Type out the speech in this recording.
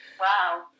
Wow